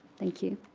thank you.